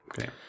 Okay